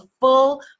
full